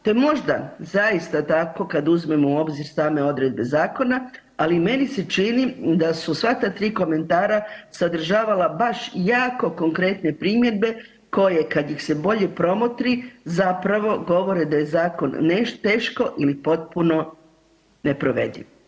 To je možda zaista tako kad uzmemo u obzir same odredbe zakona, ali meni se čini da su svaka 3 komentara sadržavala baš jako konkretne primjedbe koje kad ih se bolje promotri zapravo govore da je zakon teško ili potpuno neprovediv.